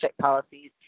policies